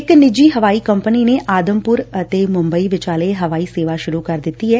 ਇਕ ਨਿੱਜੀ ਹਵਾਈ ਕੰਪਨੀ ਸਪਾਈਸ ਜੈੱਟ ਨੇ ਆਦਮਪੁਰ ਅਤੇ ਮੂੰਬਈ ਵਿਚਾਲੇ ਹਵਾਈ ਸੇਵਾ ਸੁਰੁ ਕਰ ਦਿੱਤੀ ਐ